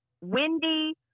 Wendy